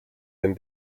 den